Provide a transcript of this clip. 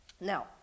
Now